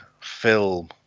film